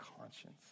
conscience